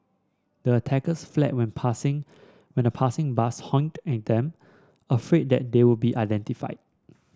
the attackers fled when passing when a passing bus honked at them afraid that they would be identified